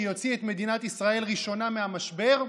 שיוציא את מדינת ישראל ראשונה מהמשבר,